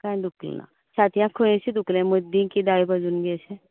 कांय दुखलेना छातया खंय अशें दुखलें मदीं की दावें बाजून बी अशें